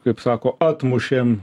kaip sako atmušėm